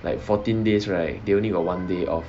like fourteen days right they only got one day off